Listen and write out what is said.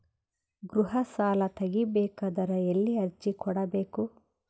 ಗೃಹ ಸಾಲಾ ತಗಿ ಬೇಕಾದರ ಎಲ್ಲಿ ಅರ್ಜಿ ಕೊಡಬೇಕು?